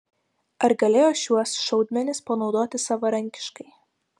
ar galėjo šiuos šaudmenis panaudoti savarankiškai